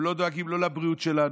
הם לא דואגים לא לבריאות שלנו,